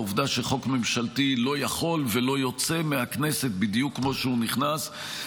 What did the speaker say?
ובעובדה שחוק ממשלתי לא יכול ולא יוצא מהכנסת בדיוק כמו שהוא נכנס.